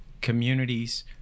communities